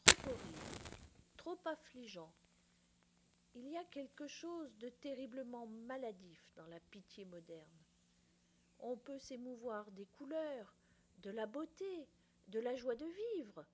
trop horrible trop affligeant il y a quelque chose de terriblement maladif dans la pitié moderne on peut s'émouvoir des couleurs de la beauté de la joie de vivre